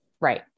Right